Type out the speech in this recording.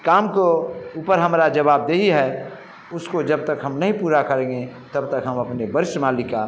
काम को ऊपर हमरा जवाबदेही है उसको जब तक हम नहीं पूरा करेंगे तब तक हम अपने वर्ष मालि का